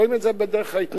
רואים את זה בדרך ההתנהלות.